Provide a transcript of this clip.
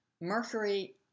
Mercury